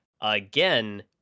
again